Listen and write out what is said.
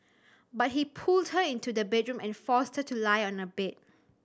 but he pulled her into the bedroom and forced her to lie on a bed